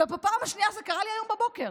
ובפעם השנייה זה קרה לי הבוקר.